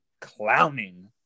clowning